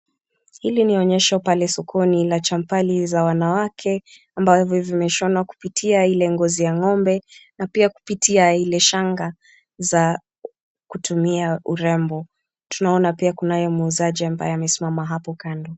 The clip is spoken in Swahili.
Hili ni onyesho pale sokoni la champali za wanawake ambazo zimeshonwa kupitia ile ngozi ya ng'ombe na kupitia ile shanga za kutumia urembo, tunaona pia kunaye muuzaji ambaye amesimama hapo kando.